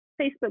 Facebook